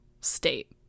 state